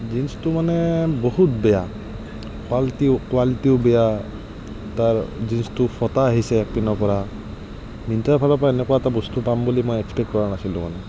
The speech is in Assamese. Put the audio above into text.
জিন্চটো মানে বহুত বেয়া কোৱালিটিও কোৱালিটিও বেয়া তাৰ জিন্চটো ফটা আহিছে একপিনৰ পৰা মিণ্ট্ৰাৰ ফালৰ পৰা এনেকুৱা এটা বস্তু পাম বুলি মই এক্সপেক্ট কৰা নাছিলোঁ মানে